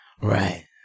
right